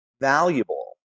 valuable